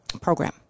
program